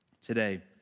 Today